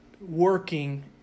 working